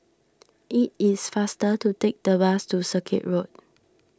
it is faster to take the bus to Circuit Road